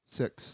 six